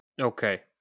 Okay